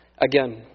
Again